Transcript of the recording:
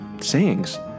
Sayings